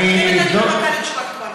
מחכה לתשובה כתובה,